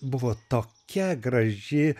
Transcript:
buvo tokia graži